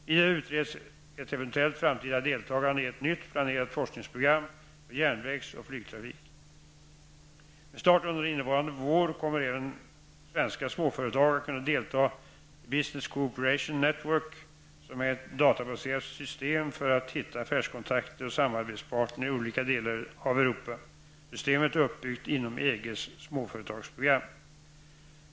Vidare utreds ett eventuellt framtida deltagande i ett nytt planerat forskningsprogram för järnvägs och flygtrafik. Med start under innevarande vår kommer även svenska småföretag att kunna delta i Business Cooperation Network som är ett databaserat system för att hitta affärskontakter och samarbetspartner i olika delar av Europa. Systemet är uppbyggt inom EGs småföretagsprogram.